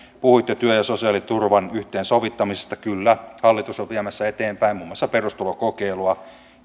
puhuitte työ ja sosiaaliturvan yhteensovittamisesta kyllä hallitus on viemässä eteenpäin muun muassa perustulokokeilua